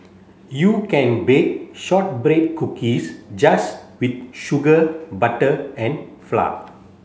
you can bake shortbread cookies just with sugar butter and flour